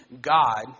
god